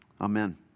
Amen